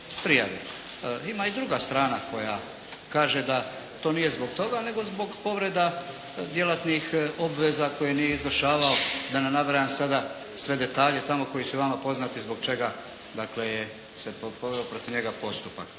Ima i druga strana koja kaže da to nije zbog toga, nego zbog povreda djelatnih obveza koje nije izvršavao da ne nabrajam sada sve detalje tamo koji su vama poznati zbog čega, dakle je se poveo protiv njega postupak.